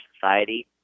society